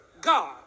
God